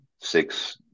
six